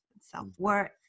self-worth